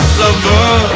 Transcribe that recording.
lover